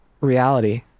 reality